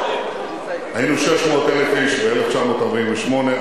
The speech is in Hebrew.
היינו 600,000 איש ב-1948,